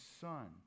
son